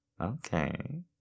Okay